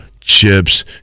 chips